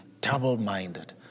double-minded